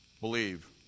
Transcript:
Believe